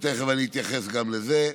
תכף אתייחס גם לזה,